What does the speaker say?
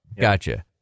gotcha